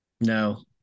no